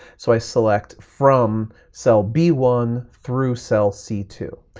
so i select from cell b one through cell c two.